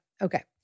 Okay